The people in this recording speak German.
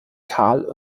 karl